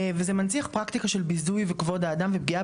זה מנציח פרקטיקה של ביזוי וכבוד האדם ופגיעה